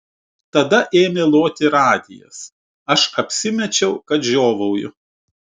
tada ėmė loti radijas aš apsimečiau kad žiovauju